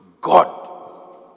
God